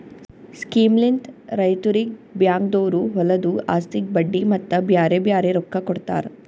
ಸ್ಕೀಮ್ಲಿಂತ್ ರೈತುರಿಗ್ ಬ್ಯಾಂಕ್ದೊರು ಹೊಲದು ಆಸ್ತಿಗ್ ಬಡ್ಡಿ ಮತ್ತ ಬ್ಯಾರೆ ಬ್ಯಾರೆ ರೊಕ್ಕಾ ಕೊಡ್ತಾರ್